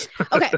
okay